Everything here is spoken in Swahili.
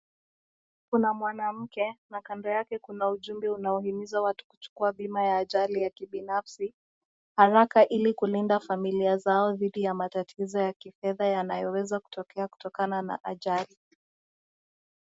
Kuna mwanamke na kando yake kuna ujumbe inayoimiza watu kuchukua bima ya ajali ya kihinafsi haraka ili kulinda familia zao dhidi ya matatizo ya kifedha yanayoweza kutokana na ajali.